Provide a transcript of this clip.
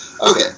Okay